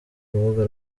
rubuga